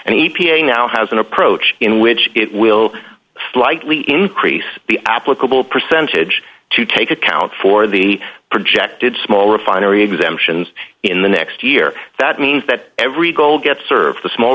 and e p a now has an approach in which it will slightly increase the applicable percentage to take account for the projected small refinery exemptions in the next year that means that every goal gets served the small